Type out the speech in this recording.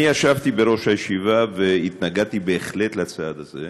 אני ישבתי בראש הישיבה והתנגדתי בהחלט לצעד הזה.